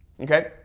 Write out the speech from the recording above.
Okay